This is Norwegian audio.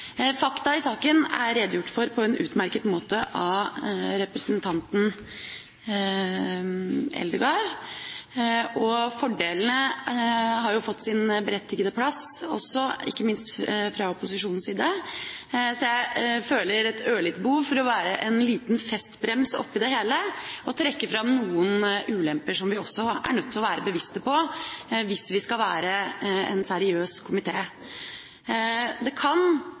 Fakta i saken er redegjort for på en utmerket måte av representanten Eldegard. Fordelene har også fått sin berettigede plass, ikke minst fra opposisjonens side, så jeg føler et ørlite behov for å være en liten festbrems oppi det hele og vil trekke fram noen ulemper som vi også er nødt til å være bevisste på, hvis vi skal være en seriøs komité. Det kan,